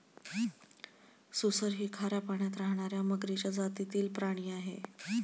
सुसर ही खाऱ्या पाण्यात राहणार्या मगरीच्या जातीतील प्राणी आहे